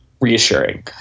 Reassuring